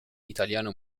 italiano